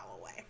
away